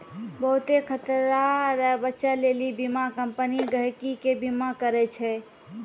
बहुते खतरा से बचै लेली बीमा कम्पनी गहकि के बीमा करै छै